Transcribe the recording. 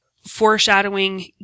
foreshadowing